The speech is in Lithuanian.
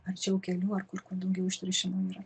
arčiau kelių ar kur kuo daugiau užteršimo yra